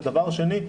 ודבר שני,